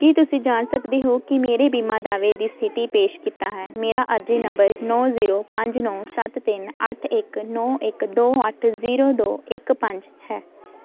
ਕੀ ਤੁਸੀਂ ਜਾਂਚ ਸਕਦੇ ਹੋ ਕਿ ਮੇਰੇ ਬੀਮਾ ਦਾਅਵੇ ਦੀ ਸਥਿਤੀ ਪੇਸ਼ ਕੀਤਾ ਹੈ ਮੇਰਾ ਅਰਜ਼ੀ ਨੰਬਰ ਨੌ ਜੀਰੋ ਪੰਜ ਨੌ ਸੱਤ ਤਿੰਨ ਅੱਠ ਇੱਕ ਨੌ ਇੱਕ ਦੋ ਅੱਠ ਜੀਰੋ ਦੋ ਇੱਕ ਪੰਜ ਹੈ